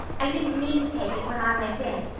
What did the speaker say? i didn't mean to take it when i went in.